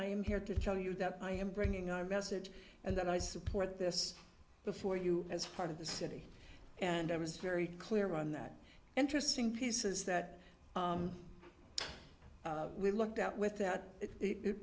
i am here to tell you that i am bringing i resit and that i support this before you as part of the city and i was very clear on that interesting pieces that we looked at with that it